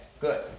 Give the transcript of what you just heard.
good